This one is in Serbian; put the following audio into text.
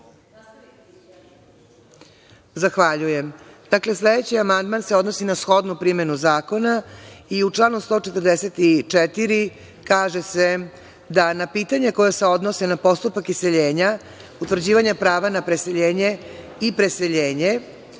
Zahvaljujem. Dakle, sledeći amandman se odnosi na shodnu primenu zakona. U članu 144. kaže se da na pitanja koja se odnose na postupak iseljenja, utvrđivanja prava na preseljenje i preseljenje,